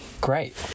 Great